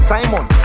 Simon